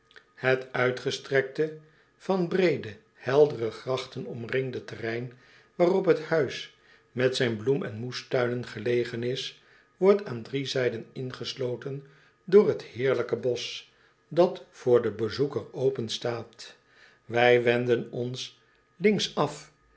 het uitgestrekte van breede heldere grachten omringde terrein waarop het huis met zijn bloem en moestuinen gelegen is wordt aan drie zijden ingesloten door het heerlijke bosch dat voor den bezoeker open staat wij wenden ons links af